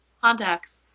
contacts